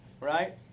Right